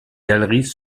galeries